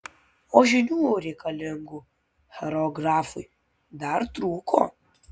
o žinių reikalingų choreografui dar trūko